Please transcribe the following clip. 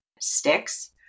sticks